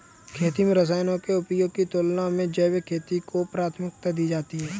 खेती में रसायनों के उपयोग की तुलना में जैविक खेती को प्राथमिकता दी जाती है